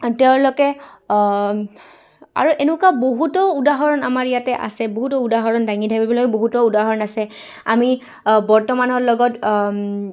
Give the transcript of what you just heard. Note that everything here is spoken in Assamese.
তেওঁলোকে আৰু এনেকুৱা বহুতো উদাহৰণ আমাৰ ইয়াতে আছে বহুতো উদাহৰণ দাঙি ধাৰিবলৈ বহুতো উদাহৰণ আছে আমি বৰ্তমানৰ লগত